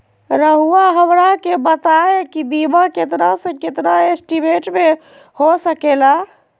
रहुआ हमरा के बताइए के बीमा कितना से कितना एस्टीमेट में हो सके ला?